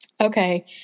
Okay